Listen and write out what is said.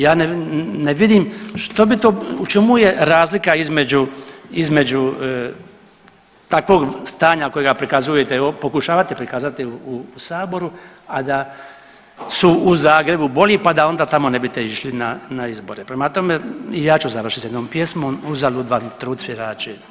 Ja ne vidim što bi to u čemu je razlika između takvog stanja kojega prikazujete pokušavate prikazati u saboru, da da su u Zagrebu bolji pa da onda tamo ne bi .../nerazumljivo/... išli na izbore, prema tome, ja ću završiti sa jednom pjesmom, uzalud vam trud, svirači.